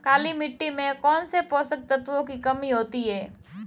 काली मिट्टी में कौनसे पोषक तत्वों की कमी होती है?